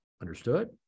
Understood